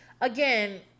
Again